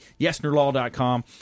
yesnerlaw.com